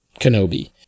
Kenobi